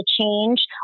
change